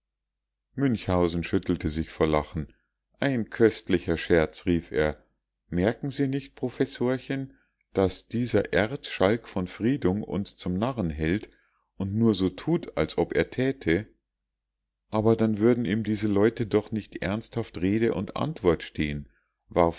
münchhausen schüttelte sich vor lachen ein köstlicher scherz rief er merken sie nicht professorchen daß dieser erzschalk von friedung uns zu narren hält und nur so tut als ob er täte aber dann würden ihm diese leute doch nicht ernsthaft rede und antwort stehen warf